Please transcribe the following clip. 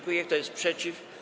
Kto jest przeciw?